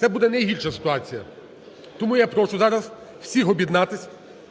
Це буде найгірша ситуація. Тому я прошу зараз всіх об'єднатися,